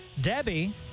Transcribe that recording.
Debbie